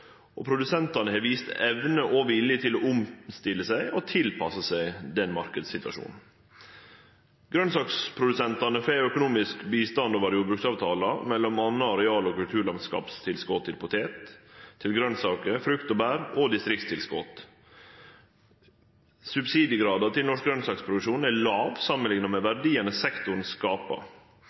og produsentane har vist evne og vilje til å omstille seg og tilpasse seg denne marknadssituasjonen. Grønsakprodusentane får økonomisk bistand over jordbruksavtala, m.a. areal- og kulturlandskapstilskot til poteter, grønsaker, frukt og bær og distriktstilskot. Subsidiegraden til norsk grønsakproduksjon er låg samanlikna med verdiane sektoren skapar.